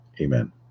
Amen